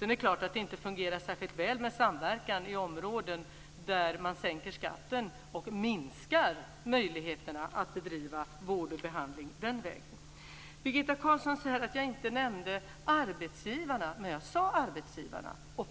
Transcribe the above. är det klart att det inte fungerar särskilt väl med samverkan i områden där man sänker skatten och den vägen minskar möjligheterna att bedriva vård och behandling. Birgitta Carlsson säger att jag inte nämnde arbetsgivarna, men det gjorde jag.